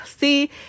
see